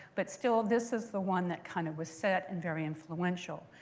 but still, this is the one that kind of was set and very influential.